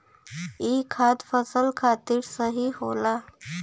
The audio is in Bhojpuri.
ई खाद फसल खातिर सही होला